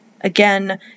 Again